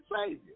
Savior